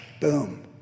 Boom